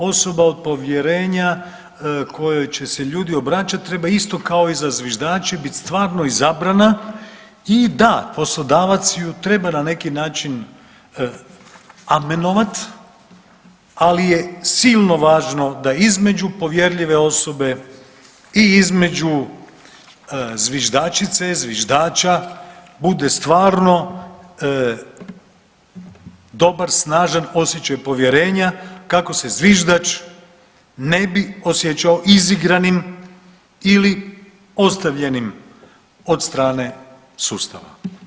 Osoba od povjerenja kojoj će se ljudi obraćat treba isto kao i za zviždače bit stvarno izabrana i da, poslodavac ju treba na neki način amenovat, ali je silno važno da između povjerljive osobe i između zviždačice, zviždača bude stvarno dobar, snažan osjećaj povjerenja kako se zviždač ne bi osjećao izigranim ili ostavljenim od strane sustava.